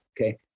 Okay